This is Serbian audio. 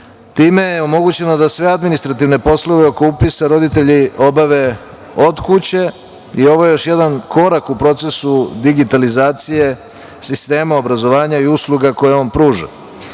Time je omogućeno da sve administrativne poslove oko upisa roditelji obave od kuće i ovo je još jedan korak u procesu digitalizacije sistema obrazovanja i usluga koje on pruža.U